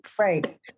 Right